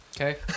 Okay